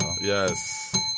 Yes